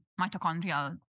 mitochondrial